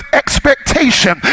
expectation